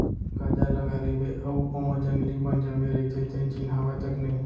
गाजर लगाए रइबे अउ ओमा जंगली बन जामे रइथे तेन चिन्हावय तक नई